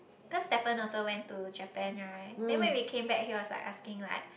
cause Stephen also went to Japan right then when we came back he was like asking like